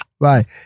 Right